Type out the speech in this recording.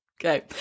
Okay